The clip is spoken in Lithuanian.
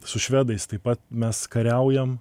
su švedais taip pat mes kariaujam